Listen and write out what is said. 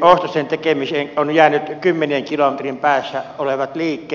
ostosten tekemiseen on jäänyt kymmenien kilometrien päässä olevat liikkeet